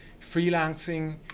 Freelancing